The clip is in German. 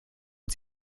als